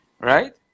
Right